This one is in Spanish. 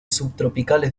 subtropicales